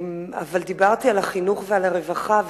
אבל דיברתי על החינוך והרווחה,